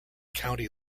county